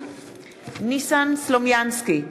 ניסן סלומינסקי,